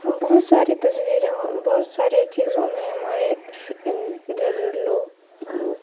بہت ساری تصویریں بہت سارے چیزوں میں ہمارے ادھر لوگ